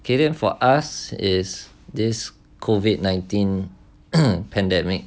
okay then for us is this COVID nineteen pandemic